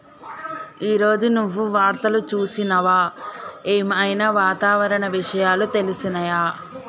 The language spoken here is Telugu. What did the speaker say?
ఈ రోజు నువ్వు వార్తలు చూసినవా? ఏం ఐనా వాతావరణ విషయాలు తెలిసినయా?